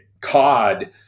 cod